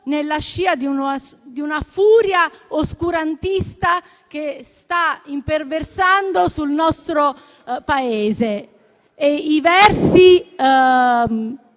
nella scia di una furia oscurantista che sta imperversando nel nostro Paese e i versi